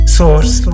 source